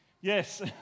Yes